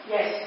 Yes